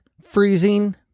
freezing